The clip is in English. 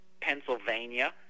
Pennsylvania